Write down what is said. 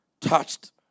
touched